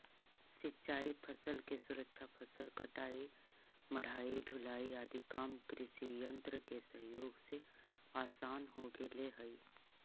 सिंचाई फसल के सुरक्षा, फसल कटाई, मढ़ाई, ढुलाई आदि काम कृषियन्त्र के सहयोग से आसान हो गेले हई